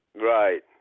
Right